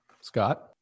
Scott